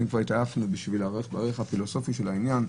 כבר התעייפנו כדי לדון בערך הפילוסופי של העניין,